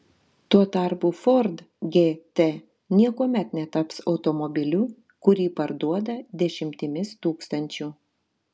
tuo tarpu ford gt niekuomet netaps automobiliu kurį parduoda dešimtimis tūkstančių